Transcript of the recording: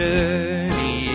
journey